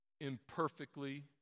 imperfectly